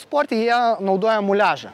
sporte jie naudoja muliažą